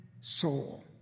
soul